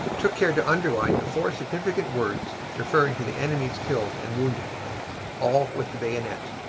took care to underline the four significant words referring to the enemy's killed and wounded all with the bayonet.